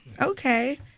Okay